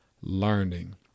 learning